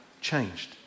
changed